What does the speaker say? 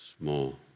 small